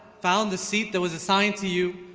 found the seat that was assigned to you,